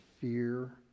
fear